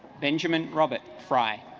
benjamin robert framed